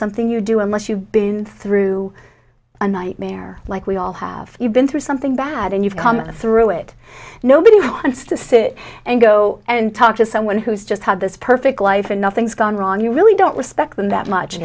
something you do unless you've been through a nightmare like we all have you been through something bad and you've come through it nobody wants to sit and go and talk to someone who's just had this perfect life and nothing's gone wrong you really don't respect them that much